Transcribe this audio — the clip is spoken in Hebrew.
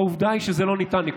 העובדה היא שזה לא ניתן.